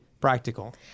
practical